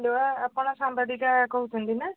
hello ଆପଣ ସମ୍ବାଦିକା କହୁଛନ୍ତି ନା